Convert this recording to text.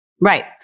Right